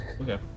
Okay